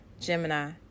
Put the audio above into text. Gemini